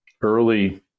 early